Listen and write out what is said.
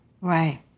Right